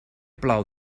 plou